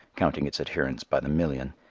counting its adherents by the million.